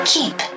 Keep